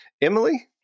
Emily